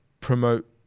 promote